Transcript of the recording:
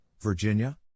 Virginia